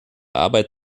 arbeit